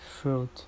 fruit